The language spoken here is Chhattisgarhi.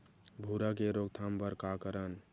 भूरा के रोकथाम बर का करन?